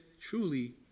truly